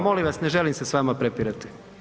Molim vas ne želim se s vama prepirati.